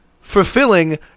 fulfilling